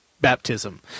baptism